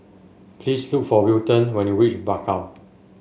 please look for Wilton when you reach Bakau